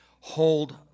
hold